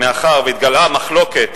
מאחר שהתגלעה מחלוקת